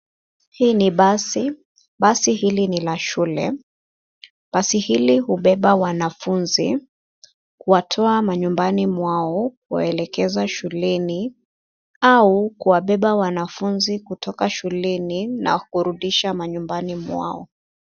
Hii ni basi, basi hili ni la shule, basi hili hubeba wanafunzi kuwatoa manyumbani mwao kuwaelekeza shuleni au kuwabeba wanafunzi kutoka shuleni na kuwarudisha manyumbani mwao.